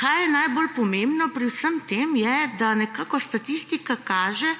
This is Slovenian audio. kar je najbolj pomembno pri vsem tem, je, da nekako statistika kaže,